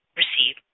receive